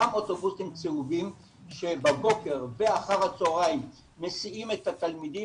אותם אוטובוסים צהובים שבבוקר ואחר הצהריים מסיעים את התלמידים,